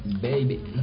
baby